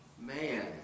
man